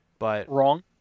Wrong